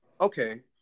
okay